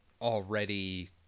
already